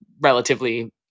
relatively